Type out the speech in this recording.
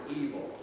evil